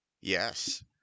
Yes